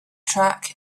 track